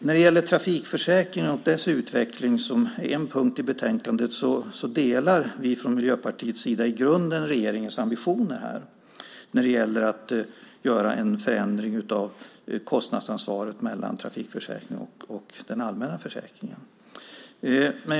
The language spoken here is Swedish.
När det gäller trafikförsäkringen och dess utveckling som är en punkt i betänkandet delar Miljöpartiet i grunden regeringens ambitioner att förändra kostnadsansvaret mellan trafikförsäkringen och den allmänna försäkringen.